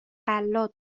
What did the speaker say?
غلات